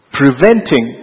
preventing